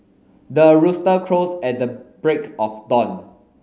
the rooster crows at the break of dawn